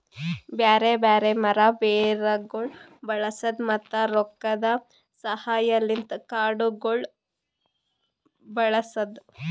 ಬ್ಯಾರೆ ಬ್ಯಾರೆ ಮರ, ಬೇರಗೊಳ್ ಬಳಸದ್, ಮತ್ತ ರೊಕ್ಕದ ಸಹಾಯಲಿಂತ್ ಕಾಡಗೊಳ್ ಬೆಳಸದ್